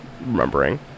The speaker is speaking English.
remembering